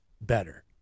better